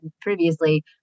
previously